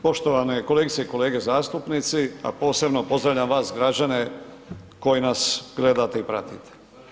Poštovane kolegice i kolege zastupnici, a posebno pozdravljam vas građane koji nas gledate i pratite.